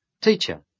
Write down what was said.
Teacher